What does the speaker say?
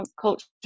culture